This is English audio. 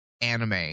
anime